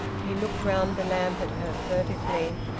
he looked round the lamp at her furtively,